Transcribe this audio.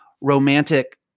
romantic